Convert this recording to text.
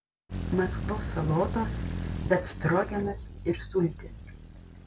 maskvos salotos befstrogenas ir sultys